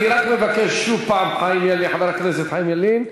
אני רק מבקש שוב, חיים ילין, חבר הכנסת חיים ילין,